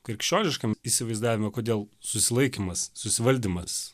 krikščioniškam įsivaizdavime kodėl susilaikymas susivaldymas